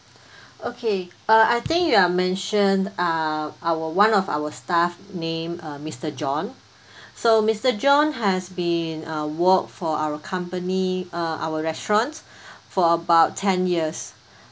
okay uh I think you have mentioned uh our one of our staff name uh mister john so mister john has been uh worked for our company uh our restaurant for about ten years